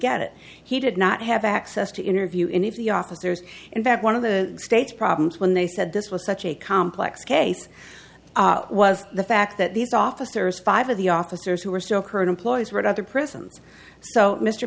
get it he did not have access to interview and if the officers in fact one of the state's problems when they said this was such a complex case was the fact that these officers five of the officers who were still current employees were other prisons so mr